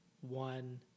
one